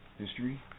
History